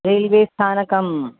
railway स्थानकं